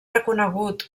reconegut